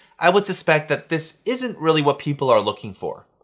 i would suspect that this isn't really what people are looking for.